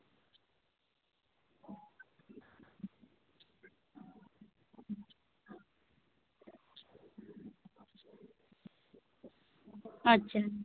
ᱟᱪᱪᱷᱟ